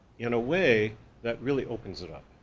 in a way that really opens it up.